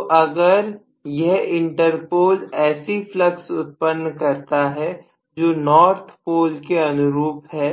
तो अगर यह इंटरकोर्स ऐसी फ्लक्स उत्पन्न करता है जो नॉर्थ पोल के अनुरूप है